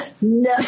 No